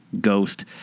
Ghost